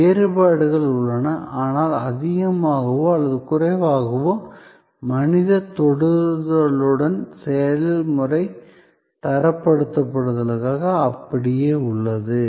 சிறிய வேறுபாடுகள் உள்ளன ஆனால் அதிகமாகவோ அல்லது குறைவாகவோ மனிதத் தொடுதலுடன் செயல்முறை தரப்படுத்தலுக்காக அப்படியே உள்ளது